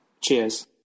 Cheers